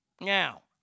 Now